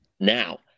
Now